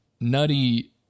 nutty